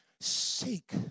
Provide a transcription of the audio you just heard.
Seek